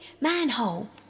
Manhole